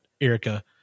Erica